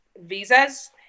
Visas